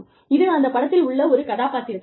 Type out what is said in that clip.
இது அந்த படத்தில் உள்ள ஒரு கதாபாத்திரத்தின் வேலை